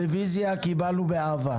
רביזיה קיבלנו באהבה.